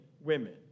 women